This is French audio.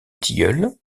tilleul